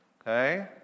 Okay